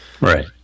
right